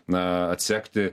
na atsekti